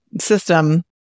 system